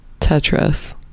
Tetris